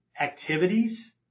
Activities